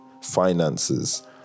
finances